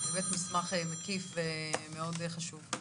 מסמך מקיף ומאוד חשוב.